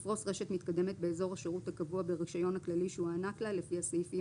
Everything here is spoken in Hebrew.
לפרוס רשת מתקדמת באזור השירות הקבוע ברישיון הכללי שהוענק לה לפי הסעיפים